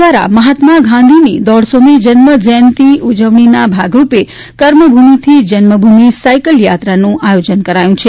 દ્વારા મહાત્મા ગાંધીની દોઢસોમી જન્મ જયંતિ ઉજવણીના ભાગરુપે કર્મભૂમિથી જન્મભૂમિ સાયકલ યાત્રાનું આયોજન કરાયું છે